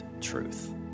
truth